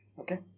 Okay